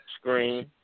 screen